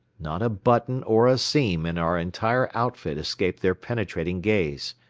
not a button or a seam in our entire outfit escaped their penetrating gaze.